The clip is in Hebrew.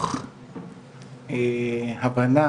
תוך הבנה